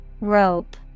Rope